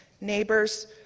neighbors